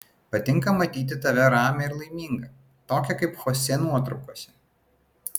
patinka matyti tave ramią ir laimingą tokią kaip chosė nuotraukose